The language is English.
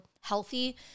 healthy